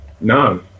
No